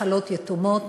מחלות יתומות,